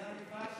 זה הליבה.